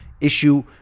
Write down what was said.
issue